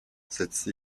setzte